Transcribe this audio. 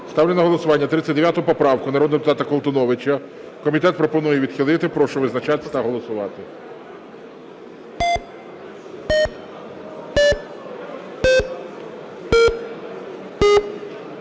Ставлю на голосування 39 поправку народного депутата Колтуновича. Комітет пропонує відхилити. Прошу визначатися та голосувати.